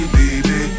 baby